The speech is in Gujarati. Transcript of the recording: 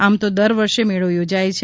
આમ તો દર વર્ષે મેળો યોજાય છે